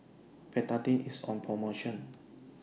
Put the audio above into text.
Betadine IS on promotion